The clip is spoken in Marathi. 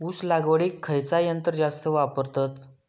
ऊस लावडीक खयचा यंत्र जास्त वापरतत?